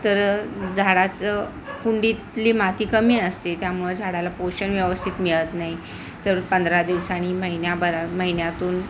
तर झाडाचं कुंडीतली माती कमी असते त्यामुळं झाडाला पोषण व्यवस्थित मिळत नाही तर पंधरा दिवसानी महिन्याभरा महिन्यातून